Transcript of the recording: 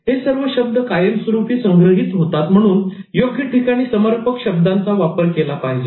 हे सर्व शब्द कायमस्वरूपी संग्रहित होतात म्हणून योग्य ठिकाणी समर्पक शब्दांचा वापर केला पाहिजे